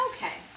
Okay